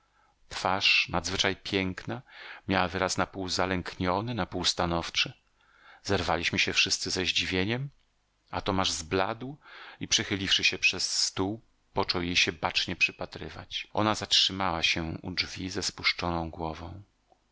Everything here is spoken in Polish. twarz nadzwyczaj piękna miała wyraz na pół zalękniony na pół stanowczy zerwaliśmy się wszyscy ze zdziwieniem a tomasz zbladł i przechyliwszy się przez stół począł jej się bacznie przypatrywać ona zatrzymała się u drzwi ze spuszczoną głową